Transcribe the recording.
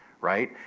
Right